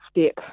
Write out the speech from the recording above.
step